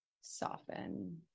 soften